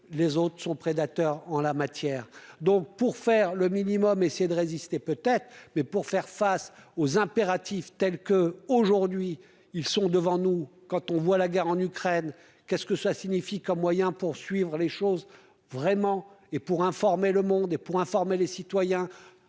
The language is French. les autres sont prédateurs en la matière, donc, pour faire le minimum, essayer de résister, peut-être, mais pour faire face aux impératifs tels que, aujourd'hui, ils sont devant nous, quand on voit la guerre en Ukraine qu'est-ce que ça signifie qu'moyen Poursuivre les choses vraiment et pour informer le monde et pour informer les citoyens